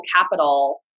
capital